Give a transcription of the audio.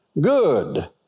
good